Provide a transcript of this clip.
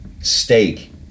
steak